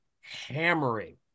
hammering